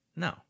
No